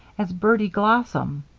as bertie glossom.